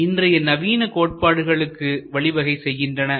இவை இன்றைய நவீன கோட்பாடுகளுக்கு வழிவகை செய்கின்றன